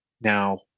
now